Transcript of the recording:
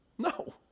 No